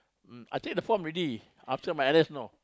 mm I take the form already after my N_S you know